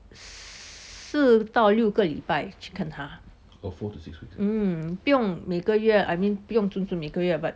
s~ 四到六个礼拜去看他 mm 不用每个月 I mean 不用准准每个月